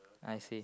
I see